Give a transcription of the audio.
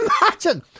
Imagine